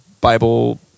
Bible